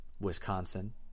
Wisconsin